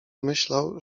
myślał